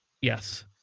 Yes